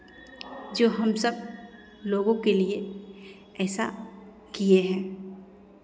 जो हम सब लोगों के लिए ऐसा किये हैं